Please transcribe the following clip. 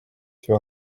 sur